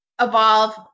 evolve